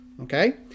Okay